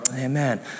Amen